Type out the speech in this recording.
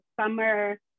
summer